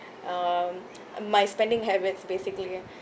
um my spending habits basically